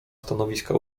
stanowiska